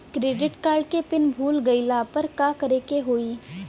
Credit card के pin भूल गईला पर का करे के होई?